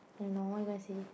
I don't know what you gonna say